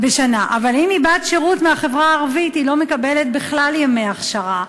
אבל אם היא בת שירות מהחברה הערבית היא לא מקבלת בכלל ימי הכשרה,